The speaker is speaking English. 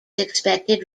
expected